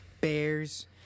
Bears